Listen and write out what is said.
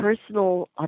personal